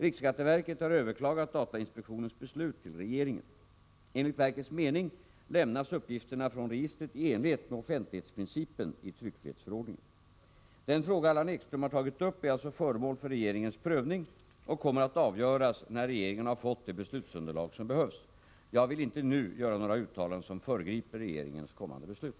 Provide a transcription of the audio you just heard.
Riksskatteverket har överklagat datainspektionens beslut till regeringen. Enligt verkets mening lämnas uppgifterna från registret i enlighet med offentlighetsprincipen i tryckfrihetsförordningen. Den fråga Allan Ekström har tagit upp är alltså föremål för regeringens prövning och kommer att avgöras när regeringen har fått det beslutsunderlag som behövs. Jag vill inte nu göra några uttalanden som föregriper regeringens kommande beslut.